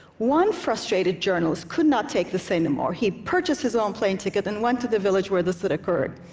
one frustrated journalist could not take this anymore. he purchased his own plane ticket, and went to the village where this had occurred.